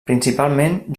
principalment